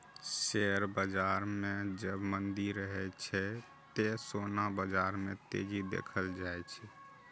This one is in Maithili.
शेयर बाजार मे जब मंदी रहै छै, ते सोना बाजार मे तेजी देखल जाए छै